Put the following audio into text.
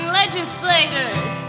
legislators